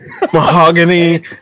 mahogany